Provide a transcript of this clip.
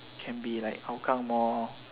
can be like Hougang mall